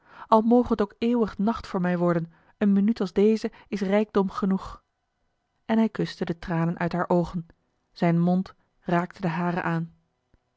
al moge het ook eeuwig nacht voor mij worden een minuut als deze is rijkdom genoeg en hij kuste de tranen uit haar oogen zijn mond raakte den haren aan